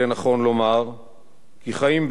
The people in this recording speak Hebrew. כי חיים בינינו רבים שאינם יודעים